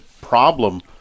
problem